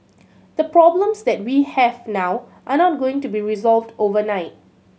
the problems that we have now are not going to be resolved overnight